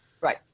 Right